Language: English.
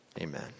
Amen